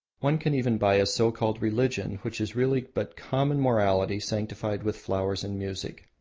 one can even buy a so-called religion, which is really but common morality sanctified with flowers and music.